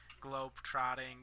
globe-trotting